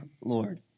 Lord